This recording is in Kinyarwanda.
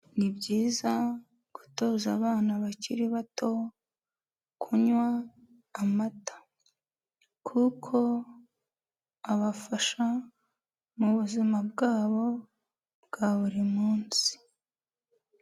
Ni byiza gutoza abana bakiri bato kunywa amata, kuko abafasha mu buzima bwabo bwa buri munsi.